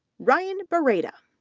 ryan bereda,